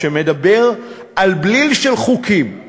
שמדבר על בליל של חוקים,